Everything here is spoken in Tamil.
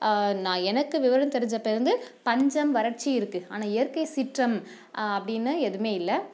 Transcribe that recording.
நான் எனக்கு விவரம் தெரிஞ்சப்போ இருந்து பஞ்சம் வறட்சி இருக்குது ஆனால் இயற்கை சீற்றம் அப்படினு எதுவுமே இல்லை